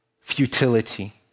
futility